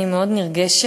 אני מאוד נרגשת,